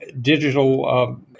digital